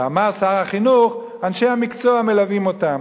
ואמר שר החינוך: אנשי המקצוע מלווים אותם.